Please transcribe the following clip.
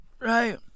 Right